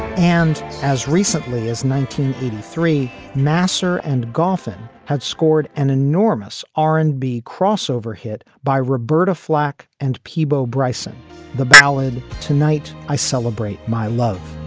and as recently as nineteen eighty three, masser and goffin had scored an enormous r and b crossover hit by roberta flack and peabo bryson the ballad tonight i celebrate my love